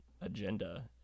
agenda